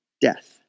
death